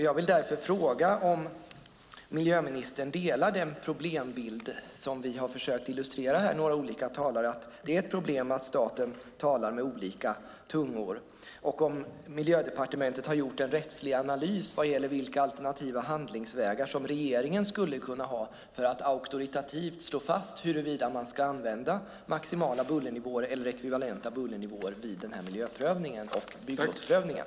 Jag vill därför fråga om miljöministern håller med om den problembild som vi några olika talare har försökt illustrera, nämligen att det är ett problem att staten talar med olika tungor. Har Miljödepartementet gjort en rättslig analys vad gäller vilka alternativa handlingsvägar som regeringen skulle kunna ha för att auktoritativt slå fast huruvida man ska använda maximala bullernivåer eller ekvivalenta bullernivåer vid den här miljöprövningen och bygglovsprövningen?